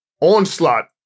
onslaught